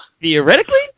Theoretically